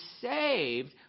saved